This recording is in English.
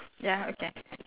ya okay